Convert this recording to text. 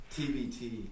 TBT